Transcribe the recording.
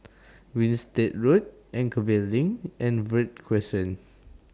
Winstedt Road Anchorvale LINK and Verde Crescent